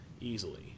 easily